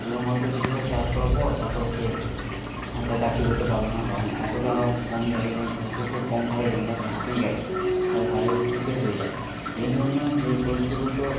এবং হয়তো কিছুটা চাষ করার পর তার পরে সে হয়তো চাষই করতে পারল না কারণ এতটা কম জায়গা এবং প্রযুক্তি খুব কম থাকার জন্য সে হাঁপিয়ে গেল ফলে শারীরিক শক্তি শেষ হয়ে যায় এই জন্যই যে প্রযুক্তিগত